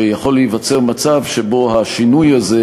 שיכול להיווצר מצב שבו השינוי הזה